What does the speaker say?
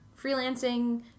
freelancing